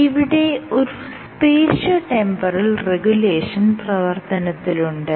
ഇവിടെ ഒരു spatio temporal regulation പ്രവർത്തനത്തിലുണ്ട്